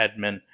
admin